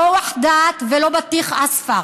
(אומרת בערבית: לא ואחדת ולא אבטיח צהוב.)